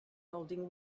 holding